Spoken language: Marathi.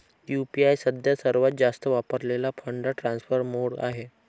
यू.पी.आय सध्या सर्वात जास्त वापरलेला फंड ट्रान्सफर मोड आहे